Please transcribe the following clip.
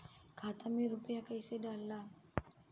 खाता में रूपया कैसे डालाला?